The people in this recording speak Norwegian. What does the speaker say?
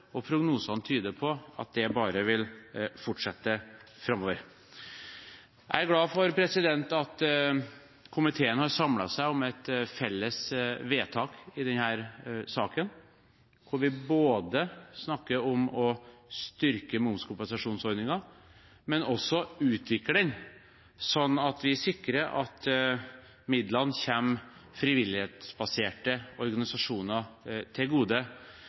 og prognosene tyder på at det bare vil fortsette framover. Jeg er glad for at komiteen har samlet seg om et felles forslag til vedtak i denne saken, der vi både snakker om å styrke momskompensasjonsordningen og om å utvikle den, slik at vi sikrer at midlene kommer frivillighetsbaserte organisasjoner til gode.